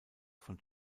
von